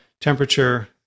temperature